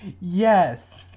yes